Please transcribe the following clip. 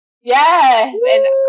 Yes